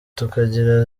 tukagira